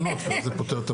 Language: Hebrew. ואז זה פותר את הבעיה.